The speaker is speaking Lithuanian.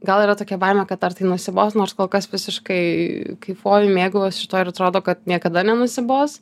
gal yra tokia baimė kad ar tai nusibos nors kol kas visiškai kaifuoju mėgaujuos šituo ir atrodo kad niekada nenusibos